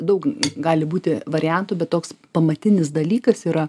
daug gali būti variantų bet toks pamatinis dalykas yra